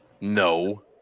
No